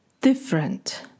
different